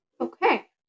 okay